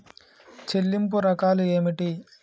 చెల్లింపు రకాలు ఏమిటి?